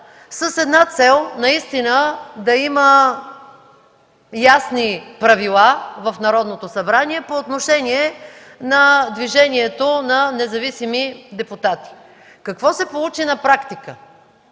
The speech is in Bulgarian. с една цел – наистина да има ясни правила в Народното събрание по отношение на движението на независими депутати. Какво се получи на практика?